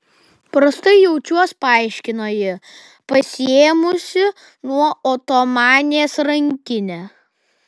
prastai jaučiuos paaiškino ji pasiėmusi nuo otomanės rankinę